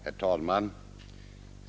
Herr talman!